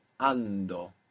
ando